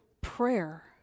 prayer